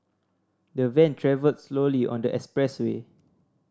the van travelled slowly on the expressway